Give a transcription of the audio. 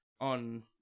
On